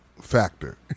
factor